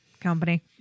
company